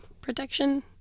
protection